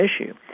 issue